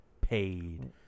paid